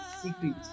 secret